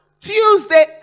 tuesday